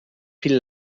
film